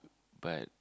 but